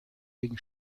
wegen